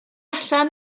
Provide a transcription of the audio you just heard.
allan